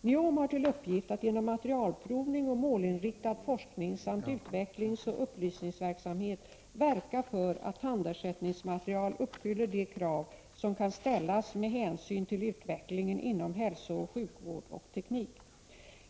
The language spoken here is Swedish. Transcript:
NIOM har till uppgift att genom materialprovning och målinriktad forskning samt utvecklingsoch upplysningsverksamhet verka för att tandersättningsmaterial uppfyller de krav som kan ställas med hänsyn till utvecklingen inom hälsooch sjukvård och teknik.